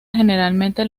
generalmente